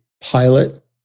pilot